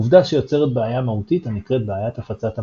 עובדה שיוצרת בעיה מהותית הנקראת בעיית הפצת מפתחות.